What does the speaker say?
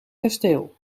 kasteel